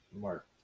Mark